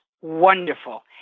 wonderful